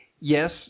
yes